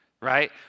right